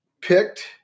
picked